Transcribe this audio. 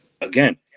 Again